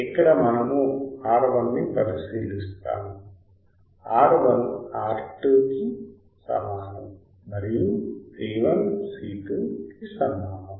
ఇక్కడ మనము R1 ని పరిశీలిస్తాము R1 R2 కి సమానం మరియు C1 C2 సమానం